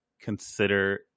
consider